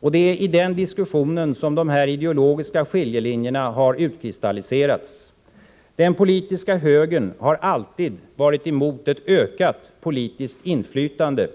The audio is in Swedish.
Det är i den diskussionen som de ideologiska skiljelinjerna har utkristalliserats. Den politiska högern har alltid varit emot en utvidgning av den politiska sektorn.